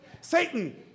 Satan